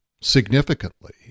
significantly